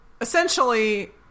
essentially